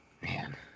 man